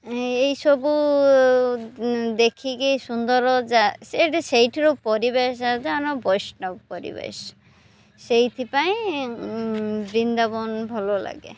ଏହିସବୁ ଦେଖିକି ସୁନ୍ଦର ସେଇଠି ସେଇଥିରୁ ପରିବେଶଣ ବୈଷ୍ଣବ ପରିବେଶ ସେଇଥି ପାଇଁ ବୃନ୍ଦାବନ ଭଲ ଲାଗେ